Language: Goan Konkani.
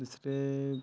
दुसरें